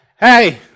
Hey